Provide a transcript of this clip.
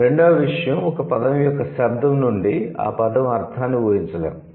రెండవ విషయం ఒక పదం యొక్క శబ్దo నుండి ఆ పదo అర్థాన్ని ఊహించలేము